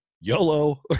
YOLO